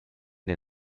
den